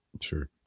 Sure